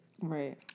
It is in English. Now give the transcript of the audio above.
Right